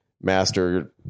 master